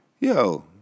yo